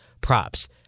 props